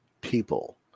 people